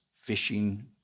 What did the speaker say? fishing